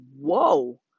whoa